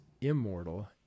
immortal